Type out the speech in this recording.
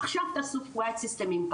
עכשיו תעשוWhite System Impact